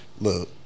Look